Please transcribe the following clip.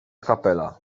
kapela